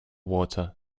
water